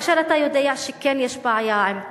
כאשר אתה יודע שכן יש בעיה עם קרקע,